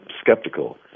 skeptical